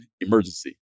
emergency